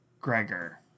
Gregor